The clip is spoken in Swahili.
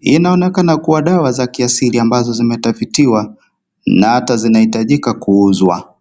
inaonakana kuwa dawa za kiasili ambazo zimetafitiwa na ata zinahitajika kuuzwa.